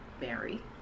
Mary